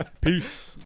Peace